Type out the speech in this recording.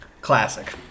Classic